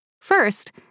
First